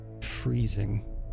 freezing